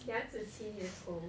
liang zi qi also